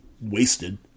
wasted